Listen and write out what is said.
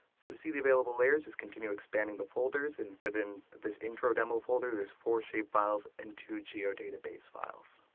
so to see the available layers just continue expanding the folders, and within the intro demo folder there are four shapefiles and two geodatabase files.